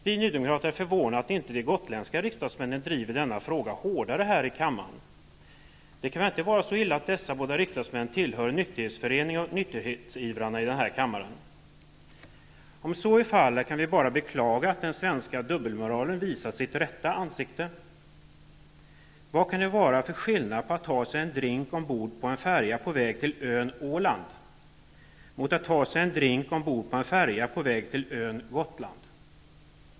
Vi nydemokrater är förvånade över att inte de gotländska riksdagsmännen driver denna fråga hårdare i riksdagen. Det kan väl inte vara så illa att båda dessa riksdagsmän tillhör nykterhetsförening och nykterhetsivrarna i riksdagen? Om så är fallet, kan vi bara beklaga att den svenska dubbelmoralen visar sitt rätta ansikte. Vad kan det vara för skillnad på att ta sig en drink ombord på en färja på väg till ön Åland och att ta sig en drink ombord på en färja på väg till ön Gotland?